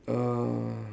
uh